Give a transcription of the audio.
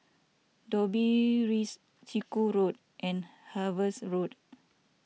Dobbie Rise Chiku Road and Harveys Road